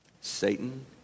Satan